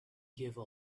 gave